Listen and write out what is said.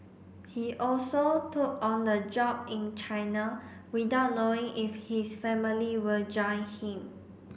he also took on the job in China without knowing if his family will join him